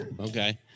Okay